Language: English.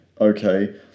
Okay